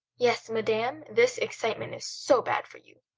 yes, madam, this excitement is so bad for you.